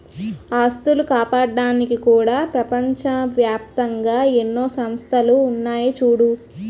ఆస్తులు కాపాడ్డానికి కూడా ప్రపంచ ఏప్తంగా ఎన్నో సంస్థలున్నాయి చూడూ